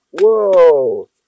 Whoa